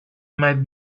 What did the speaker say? might